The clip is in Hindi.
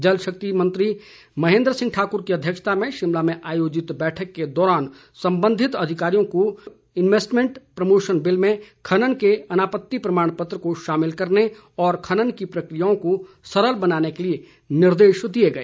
जल शक्ति मंत्री महेन्द्र सिंह ठाक्र की अध्यक्षता में शिमला में आयोजित बैठक के दौरान सम्बन्धित अधिकारियों को इंवेस्टमेंट प्रोमोशन बिल में खनन के अनापत्ति प्रमाण पत्र को शामिल करने और खनन की प्रक्रियाओं को सरल बनाने के लिए निर्देश दिए गए